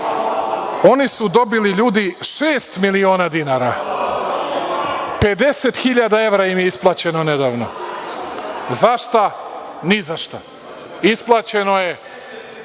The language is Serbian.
Oni su dobili, ljudi, šest miliona dinara, 50.000 evra im je isplaćeno nedavno. Za šta? Ni za šta. Isplaćeno je